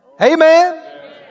Amen